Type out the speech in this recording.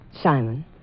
Simon